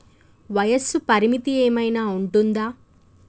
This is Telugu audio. వయస్సు పరిమితి ఏమైనా ఉంటుందా?